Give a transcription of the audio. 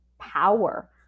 power